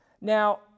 Now